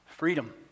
freedom